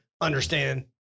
understand